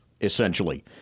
essentially